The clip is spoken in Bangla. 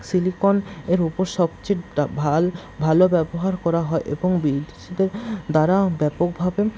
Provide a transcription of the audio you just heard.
সিলিকন এর ওপর সবচেয়ে ভাল ভালো ব্যবহার করা হয় এবং বিদেশিদের দ্বারাও ব্যাপকভাবে